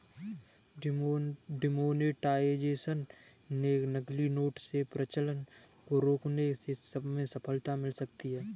demonetisation से नकली note के प्रचलन को रोकने में सफलता मिल सकती है